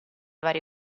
varie